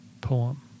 poem